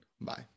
Bye